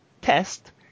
test